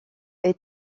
est